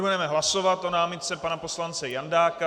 Budeme hlasovat o námitce pana poslance Jandáka.